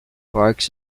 barks